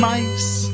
Mice